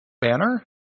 Banner